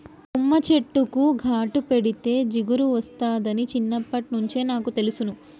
తుమ్మ చెట్టుకు ఘాటు పెడితే జిగురు ఒస్తాదని చిన్నప్పట్నుంచే నాకు తెలుసును